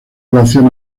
relación